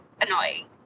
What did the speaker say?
annoying